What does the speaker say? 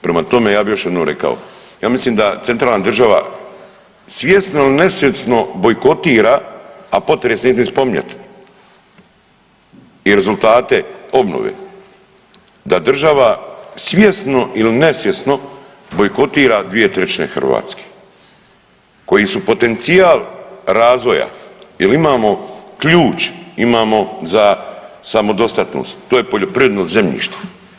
Prema tome, ja bih još jednom rekao, ja mislim da centralna država svjesno ili nesvjesno bojkotira, a potres neću ni spominjat i rezultate obnove, da država svjesno ili nesvjesno bojkotira dvije trećine Hrvatske koje su potencijal razvoja jel imamo ključ imamo za samodostatnost, to je poljoprivredno zemljište.